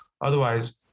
Otherwise